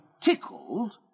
tickled